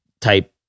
type